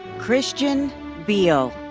christian behel.